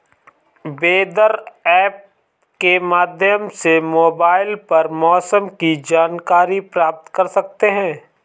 weather app के माध्यम से मोबाइल पर मौसम की जानकारी प्राप्त कर सकते हैं